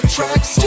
Tracks